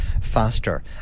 faster